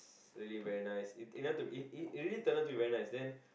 really very nice it turn out to be it it it really turn out to be very nice then